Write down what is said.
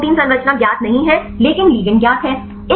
यदि प्रोटीन संरचना ज्ञात नहीं है लेकिन लिगेंड ज्ञात हैं